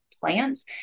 plants